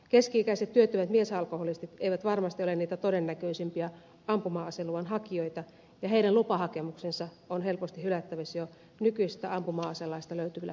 keski ikäiset työttömät miesalkoholistit eivät varmasti ole niitä todennäköisimpiä ampuma aseluvan hakijoita ja heidän lupahakemuksensa ovat helposti hylättävissä jo nykyisestä ampuma aselaista löytyvillä perusteilla